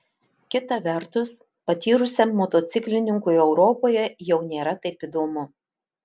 kita vertus patyrusiam motociklininkui europoje jau nėra taip įdomu